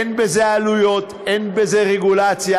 אין בזה עלויות, אין בזה רגולציה.